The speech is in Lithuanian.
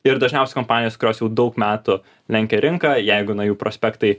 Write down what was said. ir dažniausiai kompanijos kurios jau daug metų lenkia rinką jeigu na jų prospektai